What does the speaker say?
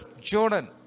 Jordan